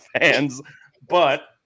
fans—but